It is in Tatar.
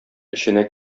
эченә